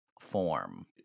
form